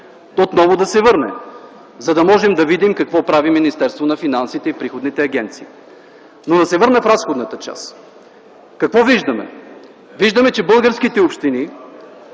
отново да се върне, за да можем да видим какво прави Министерството на финансите и приходните агенции. Да се върна в разходната част. Какво виждаме? Виждаме, че българските общини